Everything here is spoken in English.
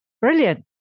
Brilliant